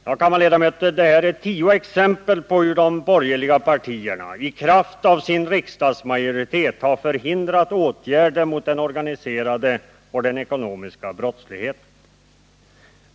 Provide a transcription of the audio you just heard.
Ja, kammarledamöter, detta är tio exempel på hur de borgerliga partierna i kraft av sin riksdagsmajoritet har förhindrat åtgärder mot den organiserade och den ekonomiska brottsligheten.